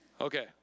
Okay